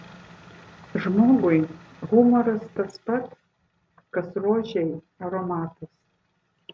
žmogui humoras tas pat kas rožei aromatas